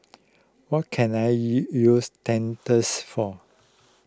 what can I U use Dentiste for